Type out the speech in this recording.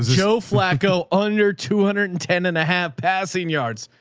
joe flacco under two hundred and ten and a half passing yards.